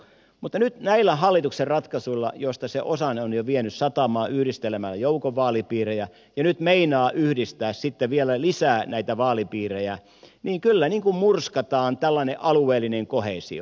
mutta nyt näillä hallituksen ratkaisuilla joista se osan on jo vienyt satamaan yhdistelemällä joukon vaalipiirejä ja nyt meinaa yhdistää sitten vielä lisää näitä vaalipiirejä kyllä murskataan tällainen alueellinen koheesio